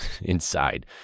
inside